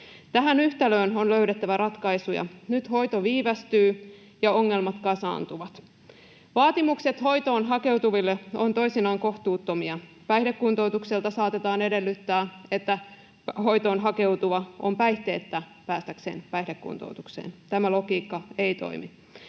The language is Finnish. Tähän yhtälöön on löydettävä ratkaisuja. Nyt hoito viivästyy ja ongelmat kasaantuvat. Vaatimukset hoitoon hakeutuville ovat toisinaan kohtuuttomia. Päihdekuntoutukselta saatetaan edellyttää, että hoitoon hakeutuva on päihteettä päästäkseen päihdekuntoutukseen — tämä logiikka ei toimi.